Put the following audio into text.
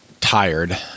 tired